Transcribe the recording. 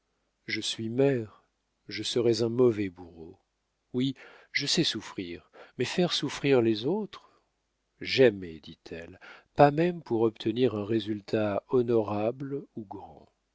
je suis mère je serais un mauvais bourreau oui je sais souffrir mais faire souffrir les autres jamais dit-elle pas même pour obtenir un résultat honorable ou grand